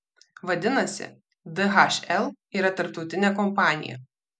vadinasi dhl yra tarptautinė kompanija